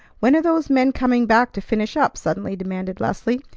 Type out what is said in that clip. when are those men coming back to finish up? suddenly demanded leslie,